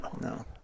no